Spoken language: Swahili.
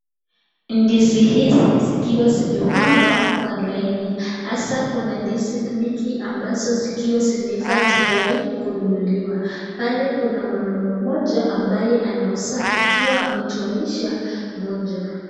Ndizi hizi zikiwa zimepangwa kwa laini, hasa kuna ndizi mingi ambazo zikiwa zimeiva tayari kununuliwa. Pale kuna mwanaume mmoja ambaye anauza akiwa anatuonyesha moja.